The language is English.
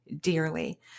dearly